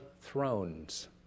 thrones